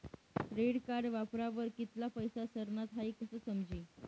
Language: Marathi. क्रेडिट कार्ड वापरावर कित्ला पैसा सरनात हाई कशं समजी